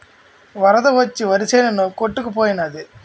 వరద వచ్చి వరిసేను కొట్టుకు పోనాది